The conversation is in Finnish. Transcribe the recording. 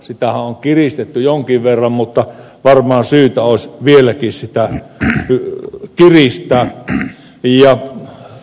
sitähän on kiristetty jonkin verran mutta varmaan syytä olisi vieläkin sitä kiristää